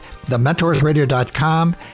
TheMentorsRadio.com